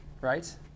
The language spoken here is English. Right